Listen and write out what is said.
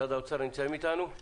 נציג משרד האוצר נמצא איתנו?